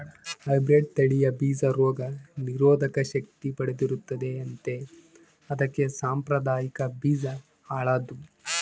hybrid ತಳಿಯ ಬೀಜ ರೋಗ ನಿರೋಧಕ ಶಕ್ತಿ ಪಡೆದಿರುತ್ತದೆ ಅಂತೆ ಅದಕ್ಕೆ ಸಾಂಪ್ರದಾಯಿಕ ಬೀಜ ಹಾಳಾದ್ವು